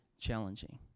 challenging